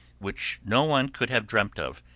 which no one could have dreamt of,